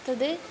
तद्